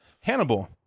Hannibal